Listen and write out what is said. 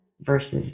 versus